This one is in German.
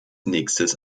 nächstes